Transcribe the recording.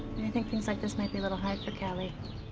think things like this might be a little hard for callie.